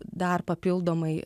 dar papildomai